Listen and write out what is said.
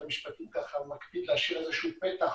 המשפטים שתמיד מקפיד להשאיר איזשהו פתח